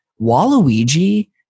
Waluigi